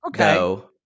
Okay